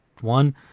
one